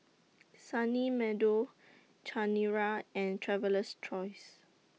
Sunny Meadow Chanira and Traveler's Choice